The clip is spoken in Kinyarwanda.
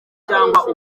cyangwa